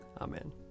Amen